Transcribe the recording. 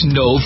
no